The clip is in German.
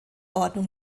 ordnung